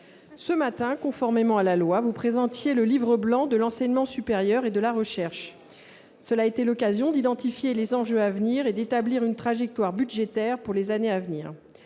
ce matin, conformément à la loi, vous présentiez le Livre blanc de l'enseignement supérieur et de la recherche. Cela a été l'occasion d'identifier les enjeux et d'établir une trajectoire budgétaire pour les années à venir.